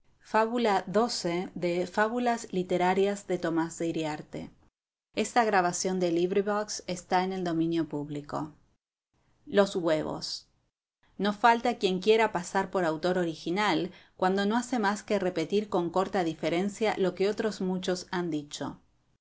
xii los huevos no falta quien quiera pasar por autor original cuando no hace más que repetir con corta diferencia lo que otros muchos han dicho